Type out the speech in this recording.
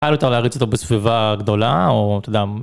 קל יותר יותר להריץ אותו בסביבה גדולה, או אתה יודע...